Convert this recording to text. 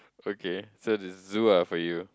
okay so it's Zoo ah for you